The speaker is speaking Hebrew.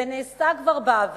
זה נעשה כבר בעבר.